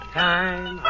time